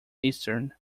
eastern